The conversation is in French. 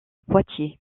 poitiers